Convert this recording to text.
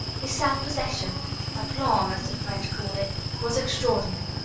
his self-possession aplomb, as the french call it was extraordinary.